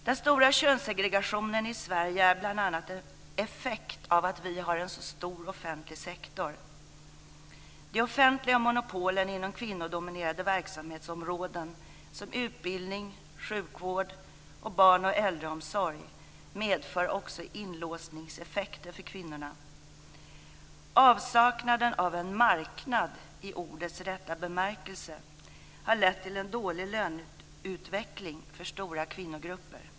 Den stora könssegregationen i Sverige är bl.a. en effekt av att vi har en så stor offentlig sektor. De offentliga monopolen inom kvinnodominerade verksamhetsområden som utbildning, sjukvård och barnoch äldreomsorg medför också inlåsningseffekter för kvinnorna. Avsaknaden av en marknad i ordets rätta bemärkelse har lett till en dålig löneutveckling för stora kvinnogrupper.